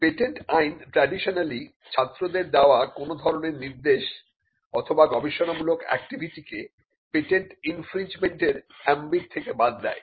patent আইন traditionally ছাত্রদের দেওয়া কোন ধরনের নির্দেশ অথবা গবেষণামূলক অ্যাক্টিভিটিকে পেটেন্ট ইনফ্রিংনজমেন্ট এর এমবিট থেকে বাদ দেয়